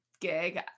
gig